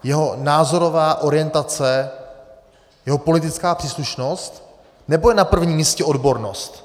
Jeho názorová orientace, jeho politická příslušnost, nebo je na prvním místě odbornost?